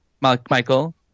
Michael